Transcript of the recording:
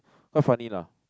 quite funny lah